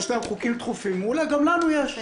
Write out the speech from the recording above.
יש להם חוקים דחופים, מעולה, גם לנו יש.